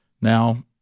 now